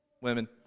women